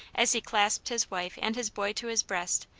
as he clasped his wife and his boy to his breast,